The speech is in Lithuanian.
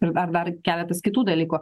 ir dar dar keletas kitų dalykų